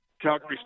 Calgary